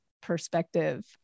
perspective